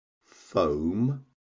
foam